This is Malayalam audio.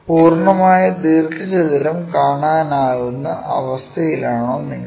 പൂർണ്ണമായ ദീർഘചതുരം കാണാനാകുന്ന അവസ്ഥയിലാണോ നിങ്ങൾ